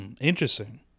interesting